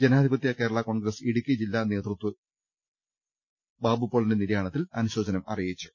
ജനാധിപത്യ കേരളാ കോൺഗ്രസ് ഇടുക്കി ജില്ലാ നേതൃയോഗവും പ്രബാബു പോളിന്റെ നിര്യാണത്തിൽ അനുശോചനം അറിയിച്ചു